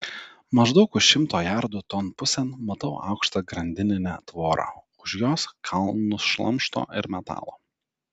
maždaug už šimto jardų ton pusėn matau aukštą grandininę tvorą už jos kalnus šlamšto ir metalo